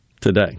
today